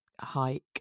hike